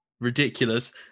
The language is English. ridiculous